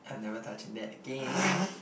I'm never touching that again